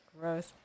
Gross